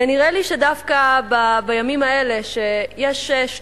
ונראה לי שדווקא בימים האלה יש שתי